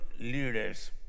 leaders